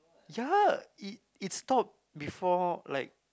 ya it it stop before like